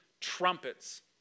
trumpets